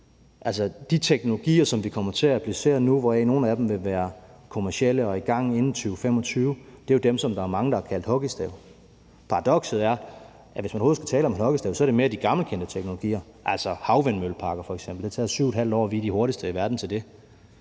Altså, de teknologier, som vi kommer til at applicere nu, hvoraf nogle vil være kommercielle og i gang inden 2025, er jo dem, som der er mange der har kaldt hockeystave. Paradokset er, at det, hvis man overhovedet skal tale om en hockeystav, så mere er de gammelkendte teknologier, altså f.eks. havvindmølleparker. Det har taget 7½ år, og vi er de hurtigste i verden til det.